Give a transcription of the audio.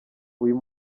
uyu